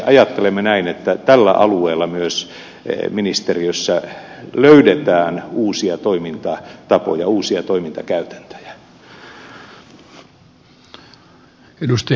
me ajattelemme näin että tällä alueella myös ministeriössä löydetään uusia toimintatapoja uusia toimintakäytäntöjä